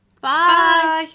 Bye